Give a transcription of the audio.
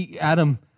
Adam